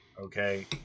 Okay